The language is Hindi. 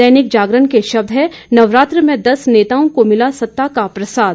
दैनिक जागरण के शब्द हैं नवरात्र में दस नेताओं को मिला सत्ता का प्रसाद